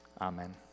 amen